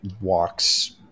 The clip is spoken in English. walks